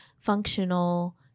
functional